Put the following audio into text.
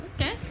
Okay